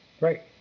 Right